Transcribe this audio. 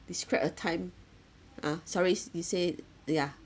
describe a time !huh! sorrys you say yeah